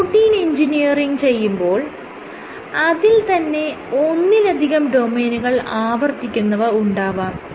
protein engineering ചെയ്യുമ്പോൾ അതിൽ തന്നെ ഒന്നിലധികം ഡൊമെയ്നുകൾ ആവർത്തിക്കുന്നവ ഉണ്ടാവാം